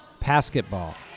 Basketball